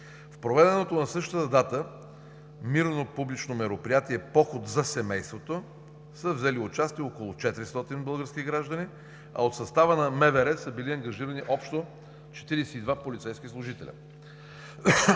В проведеното на същата дата мирно публично мероприятие „Поход за семейството“ са взели участие около 400 български граждани, а от състава на МВР са били ангажирани общо 42 полицейски служители.